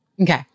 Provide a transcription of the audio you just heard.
Okay